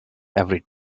every